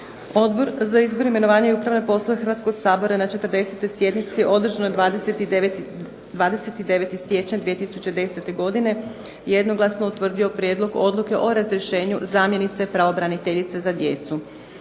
Odbor za izbor, imenovanja i upravne poslove Hrvatskoga sabora na 40. sjednici održanoj 29. siječnja 2010. godine jednoglasno je utvrdio Prijedlog odluke o imenovanju zamjenice pravobraniteljice za djecu.